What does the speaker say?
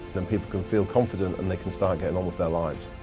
and people can feel confident and they can start getting on with their lives.